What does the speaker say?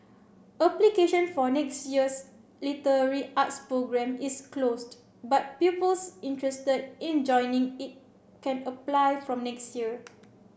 application for next year's literary arts programme is closed but pupils interested in joining it can apply from next year